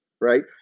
Right